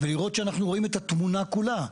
לראות שאנחנו רואים את התמונה כולה.